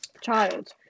child